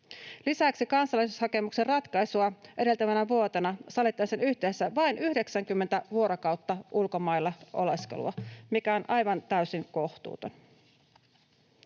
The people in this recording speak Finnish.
Lisäksi kansalaisuushakemuksen ratkaisua edeltävänä vuotena sallittaisiin yhteensä vain 90 vuorokautta ulkomailla oleskelua, mikä on aivan täysin kohtuuton.